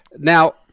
Now